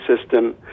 system